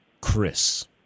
Chris